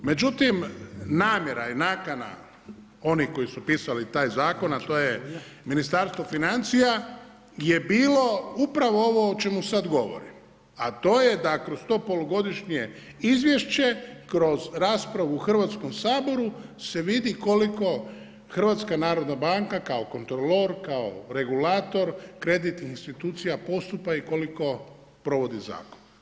Međutim namjera je i nakana onih koji su pisali taj zakon, a to je Ministarstvo financija je bilo upravo ovo o čemu sada govorim, a to je da kroz to polugodišnje izvješće, kroz raspravu u Hrvatskom saboru se vidi koliko HNB kao kontrolor, kao regulator kreditnih institucija postupa i koliko provodi zakon.